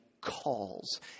calls